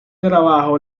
trabajo